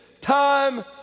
time